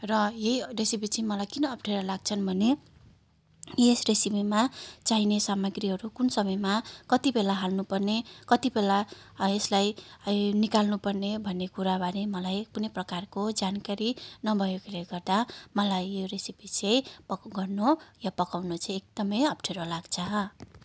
र यही रेसिपी चाहिँ मलाई किन अप्ठ्यारा लाग्छन् भने यस रेसिपीमा चाहिने सामग्रीहरू कुन समयमा कति बेला हाल्नुपर्ने कति बेला यसलाई निकाल्नुपर्ने भन्ने कुराबारे मलाई कुनै प्रकारको जानकारी नभएकोले गर्दा मलाई यो रेसिपी चाहिँ पक गर्नु या पकाउनु चाहिँ एकदमै अप्ठ्यारो लाग्छ